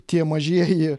tie mažieji